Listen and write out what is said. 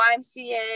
YMCA